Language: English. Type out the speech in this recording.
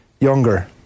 younger